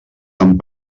amb